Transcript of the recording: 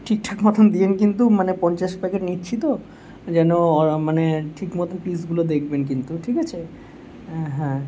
ঠিকঠাক মতোন দিয়েন কিন্তু মানে পঞ্চাশ প্যাকেট নিচ্ছি তো যেন মানে ঠিক মতো পিসগুলো দেখবেন কিন্তু ঠিক আছে হ্যাঁ হ্যাঁ